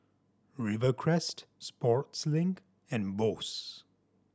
Rivercrest Sportslink and Bose